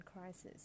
crisis